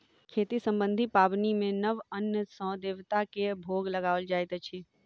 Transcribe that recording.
खेती सम्बन्धी पाबनि मे नव अन्न सॅ देवता के भोग लगाओल जाइत अछि